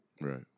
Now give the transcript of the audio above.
Right